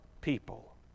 people